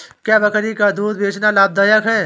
क्या बकरी का दूध बेचना लाभदायक है?